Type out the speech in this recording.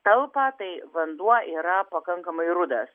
talpą tai vanduo yra pakankamai rudas